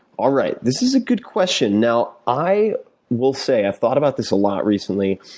alright. this is a good question. now i will say, i've thought about this a lot recently,